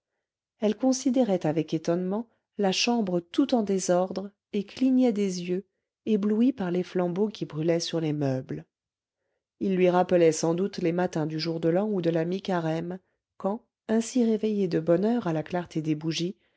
elle considérait avec étonnement la chambre tout en désordre et clignait des yeux éblouie par les flambeaux qui brûlaient sur les meubles ils lui rappelaient sans doute les matins du jour de l'an ou de la mi-carême quand ainsi réveillée de bonne heure à la clarté des bougies